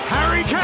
Harry